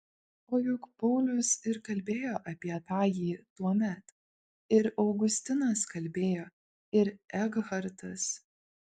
o juk paulius ir kalbėjo apie tąjį tuomet ir augustinas kalbėjo ir ekhartas